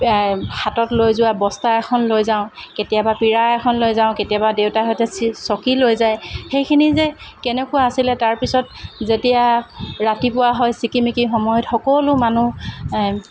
হাতত লৈ যোৱা বস্তা এখন লৈ যাওঁ কেতিয়াবা পিৰা এখন লৈ যাওঁ কেতিয়াবা দেউতাহঁতে চকী লৈ যায় সেইখিনি যে কেনেকুৱা আছিলে তাৰপিছত যেতিয়া ৰাতিপুৱা হয় চিকিমিকি সময়ত সকলো মানুহ